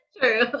true